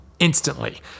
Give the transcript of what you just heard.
instantly